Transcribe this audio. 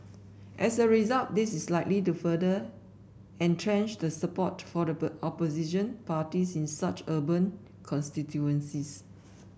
as a result this is likely to further entrench the support for the opposition parties in such urban constituencies